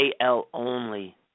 AL-only